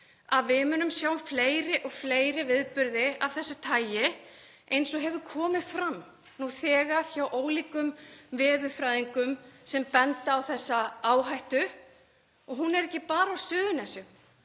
að við munum sjá fleiri og fleiri viðburði af þessu tagi, eins og hefur komið fram nú þegar hjá ólíkum veðurfræðingum sem benda á þessa áhættu. Hún er ekki bara á Suðurnesjum,